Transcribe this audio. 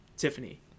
Tiffany